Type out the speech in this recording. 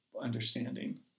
understanding